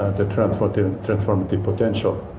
and transformative transformative potential.